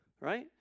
Right